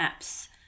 apps